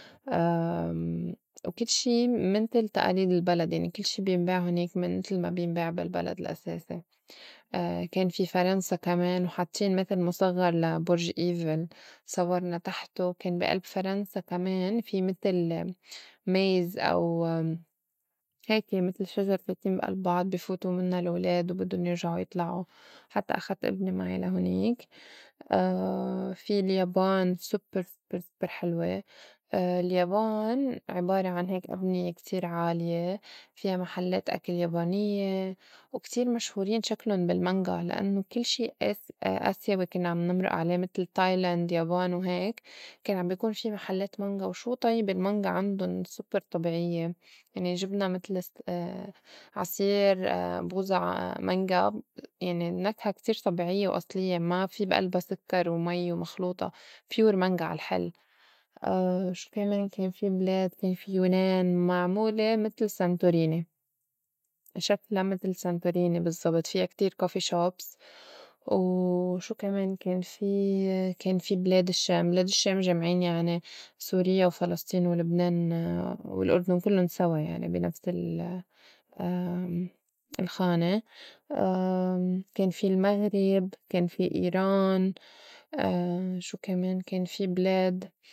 وكل شي متل تئاليد البلد يعني كل شي بينباع هونيك من متل ما بينباع بالبلد الأساسي. كان في فرنسا كمان وحاطّين متل مُصغّر لبُرج إيفل اتصوّرنا تحتو، كان بي ألب فرنسا كمان في متل maze أو هيكي متل شجر فايتين بي ألب بعض بي فوتو منّا الولاد وبدُّن يرجعو يطلعو حتّى أخدت ابني معي لهونيك، في اليابان super super super حلوة اليابان عِبارة عن هيك أبنية كتير عالية فيا محلّات أكل يابانيّة، وكتير مشهورين شكلُن بالمانغا لإنّو كل شي آس- آسيوي كنّا عم نمرُئ عليه متل تايلاند، يابان وهيك كان عم بي كون في محلّات مانغا وشو طيبة المانغا عندُن super طبيعيّة يعني جبنا متل عصير بوظة عا مانغا يعني نكهة كتير طبيعيّة وأصليّة ما في بي ألبا سكّر ومي ومخلوطة pure مانغا على الحل. شو كمان كان في كان بلاد؟ كان في يونان معمولة متل سان توريني شكلا متل سان توريني بالزّبط فيا كتير coffee shops وشو كمان كان في؟ كان في بلاد الشّام بلاد الشّام جامعين يعني سوريّا وفلسطين ولبنان والأردن كلّن سوا يعني بي نفس ال- الخانة، كان في المغرب، كان في إيران، شو كمان كان في بلاد؟